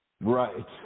Right